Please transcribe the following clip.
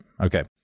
Okay